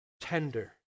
tender